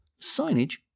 Signage